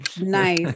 Nice